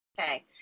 Okay